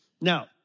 Now